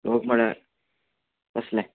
लोक म्हळ्या कसलें